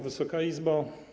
Wysoka Izbo!